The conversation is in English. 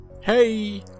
Hey